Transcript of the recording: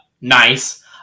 nice